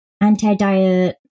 anti-diet